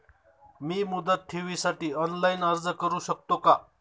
मी मुदत ठेवीसाठी ऑनलाइन अर्ज करू शकतो का?